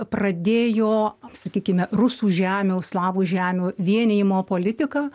pradėjo sakykime rusų žemių slavų žemių vienijimo politiką